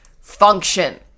function